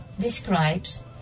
describes